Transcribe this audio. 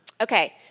okay